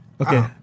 Okay